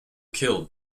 killed